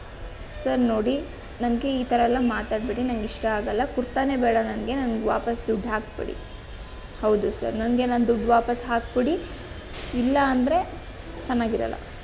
sir ನೋಡಿ ನನಗೆ ಈ ಥರ ಎಲ್ಲ ಮಾತಾಡಬೇಡಿ ನನಗಿಷ್ಟ ಆಗಲ್ಲ ಕುರ್ತಾನೇ ಬೇಡ ನನಗೆ ನನಗೆ ವಾಪಸ್ಸು ದುಡ್ಡು ಹಾಕಿಬಿಡಿ ಹೌದು ಸರ್ ನನಗೆ ನನ್ನ ದುಡ್ಡು ವಾಪಸ್ ಹಾಕಿಬಿಡಿ ಇಲ್ಲ ಅಂದರೆ ಚೆನ್ನಾಗಿರಲ್ಲ